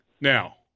Now